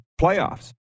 playoffs